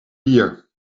bier